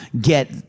get